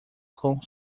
com